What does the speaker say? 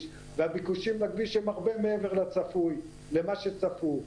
והביקושים לכביש הם הרבה מעבר ממה שצפו.